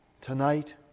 tonight